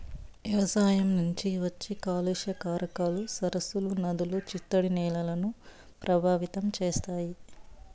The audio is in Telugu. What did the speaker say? వ్యవసాయం నుంచి వచ్చే కాలుష్య కారకాలు సరస్సులు, నదులు, చిత్తడి నేలలను ప్రభావితం చేస్తాయి